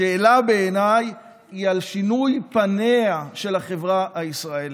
השאלה בעיניי היא על שינוי פניה של החברה הישראלית.